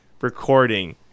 recording